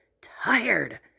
tired